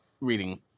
reading